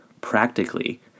practically